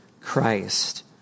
Christ